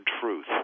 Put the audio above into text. truth